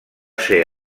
ser